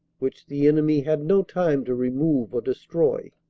which the enemy had no time to remove or destroy.